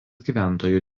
gyventojų